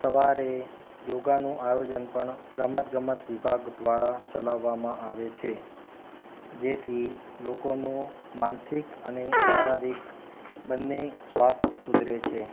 સવારે યોગાનું આયોજન પણ રમત ગમત વિભાગ દ્વારા ચલાવવામાં આવે છે જેથી લોકોનું માનસિક અને શારીરિક બન્ને સ્વાસ્થ્ય સુધરે છે